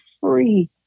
free